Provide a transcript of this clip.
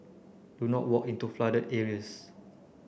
do not walk into flooded areas